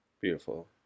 Beautiful